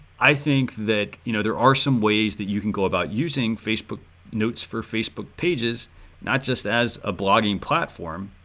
i think that you know there are some ways that you can go about using facebook notes for facebook pages not just as a blogging platform.